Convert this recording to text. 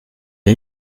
est